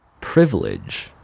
privilege